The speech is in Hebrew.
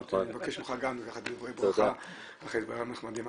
אמרתי שנבקש ממך גם דברי ברכה אחרי הדברים הנחמדים.